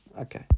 okay